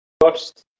first